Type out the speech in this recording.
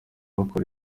bakora